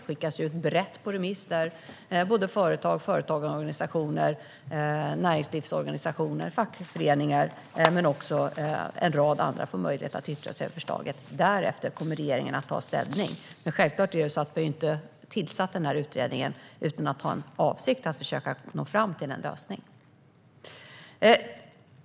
Det skickas ut på remiss brett till såväl företag, företagarorganisationer och näringslivsorganisationer som till fackföreningar och en rad andra, som kommer att få möjlighet att yttra sig över förslaget. Därefter kommer regeringen att ta ställning. Men vi har självfallet inte tillsatt denna utredning utan att ha en avsikt att försöka nå en lösning.